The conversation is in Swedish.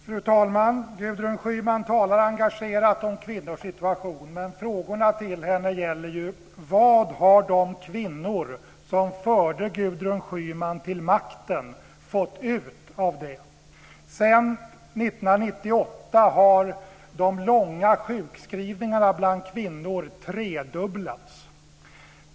Fru talman! Gudrun Schyman talar engagerat om kvinnors situation, men frågorna till henne gäller ju vad de kvinnor som förde Gudrun Schyman till makten har fått ut av det. Sedan 1998 har de långa sjukskrivningarna bland kvinnor tredubblats.